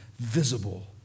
visible